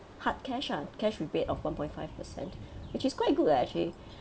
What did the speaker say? hard cash ah cash rebate of one point five percent which is quite good leh actually